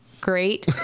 great